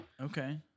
Okay